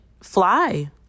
fly